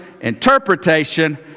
interpretation